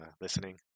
listening